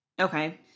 Okay